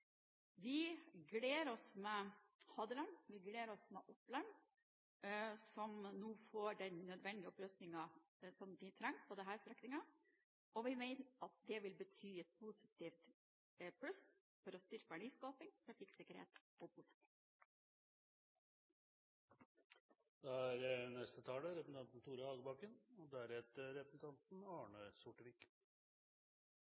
Vi gleder oss med Hadeland, vi gleder oss med Oppland, som nå får den nødvendige opprustningen som de trenger på disse strekningene, og vi mener at dette vil være positivt med tanke på å styrke verdiskaping, trafikksikkerhet og bosetting. Vi er